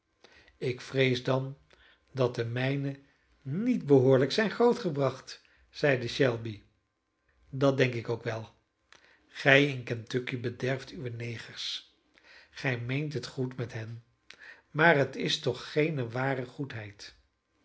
ik vrees dan dat de mijne niet behoorlijk zijn grootgebracht zeide shelby dat denk ik ook wel gij in kentucky bederft uwe negers gij meent het goed met hen maar het is toch geene ware goedheid